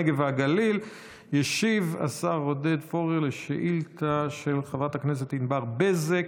הנגב והגליל ישיב השר עודד פורר על שאילתה של חברת הכנסת ענבר בזק,